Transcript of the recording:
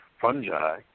fungi